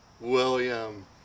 William